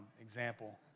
example